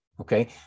okay